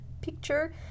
Picture